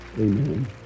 Amen